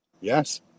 Yes